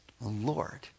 Lord